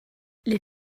les